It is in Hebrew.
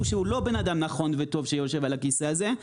שהוא לא בן אדם נכון וטוב שיושב על הכיסא הזה.